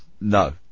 No